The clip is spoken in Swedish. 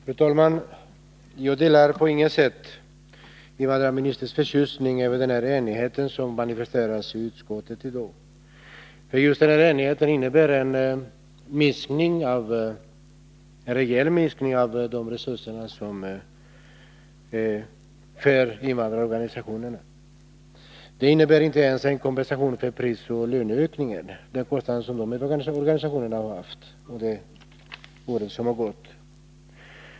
Fru talman! Jag delar på intet sätt invandrarministerns förtjusning över den enighet som manifesterats i utskottet. Den enigheten innebär nämligen en rejäl minskning av invandrarorganisationernas resurser. Invandrarorganisationerna kompenseras inte ens för de kostnader de haft på grund av prisoch löneökningen.